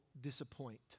disappoint